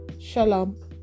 shalom